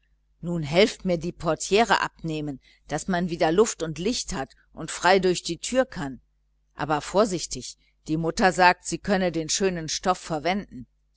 nun helft mir die portiere abnehmen daß man wieder luft und licht hat und frei durch die türe kann aber vorsichtig die mutter sagt sie könne den schönen stoff gut verwenden